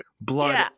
blood